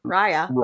Raya